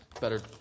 Better